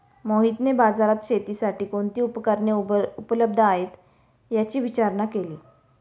मोहितने बाजारात शेतीसाठी कोणती उपकरणे उपलब्ध आहेत, याची विचारणा केली